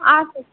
आब ई